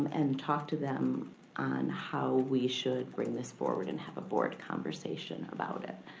and talk to them on how we should bring this forward and have a board conversation about it.